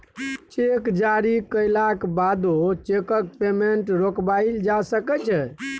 cheque जारी कएलाक बादो चैकक पेमेंट रोकबाएल जा सकै छै